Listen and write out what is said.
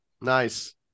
Nice